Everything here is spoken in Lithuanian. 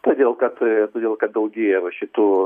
todėl kad todėl kad daugėja va šitų